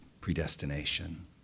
predestination